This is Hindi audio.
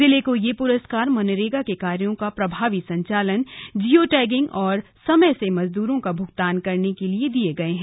जिले को ये पुरस्कार मनरेगा के कार्यो का प्रभावी संचालन जिओ टैगिंग और समय से मजदूरों का भुगतान करने के लिए दिए गये है